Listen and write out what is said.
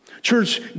Church